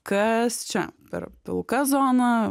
kas čia per pilka zona